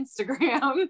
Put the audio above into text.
Instagram